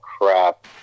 crap